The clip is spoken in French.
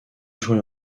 joué